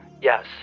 yes